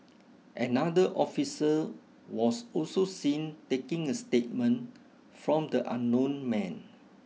another officer was also seen taking a statement from the unknown man